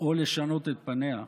או לשנות את פניה,